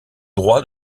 droit